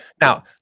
Now